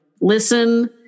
listen